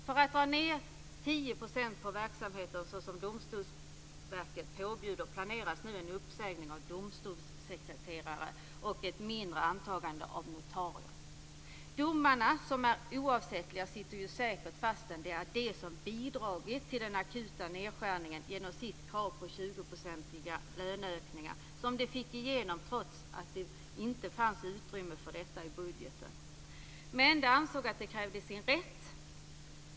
För att dra ned 10 % på verksamheten, såsom Domstolsverket påbjuder, planeras nu en uppsägning av domstolssekreterare och en mindre antagning av notarier. Domarna som är oavsättliga sitter säkert, fastän det är de som har bidragit till den akuta nedskärningen genom sina krav på 20-procentiga löneökningar, som de fick igenom trots att det inte fanns utrymme för det i budgeten. De ansåg att de krävde sin rätt.